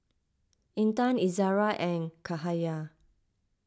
Intan Izara and Cahaya